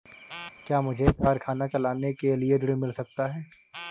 क्या मुझे कारखाना चलाने के लिए ऋण मिल सकता है?